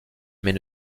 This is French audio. mais